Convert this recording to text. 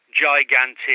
gigantic